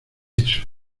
eso